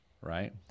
right